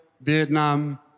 Vietnam